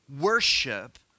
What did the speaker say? worship